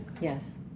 Yes